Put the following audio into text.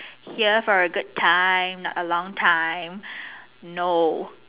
here for a good time a long time no